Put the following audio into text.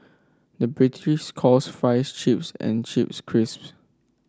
the British calls fries chips and chips crisps